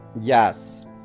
Yes